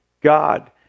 God